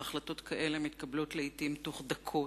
והחלטות כאלה מתקבלות לעתים תוך דקות,